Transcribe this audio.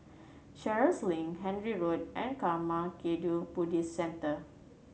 Sheares Link Handy Road and Karma Kagyud Buddhist Centre